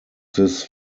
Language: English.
this